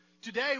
Today